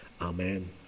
Amen